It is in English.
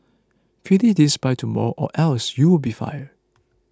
finish this by tomorrow or else you'll be fired